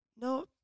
No